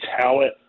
talent